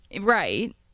Right